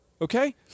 Okay